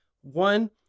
One